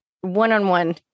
one-on-one